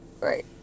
right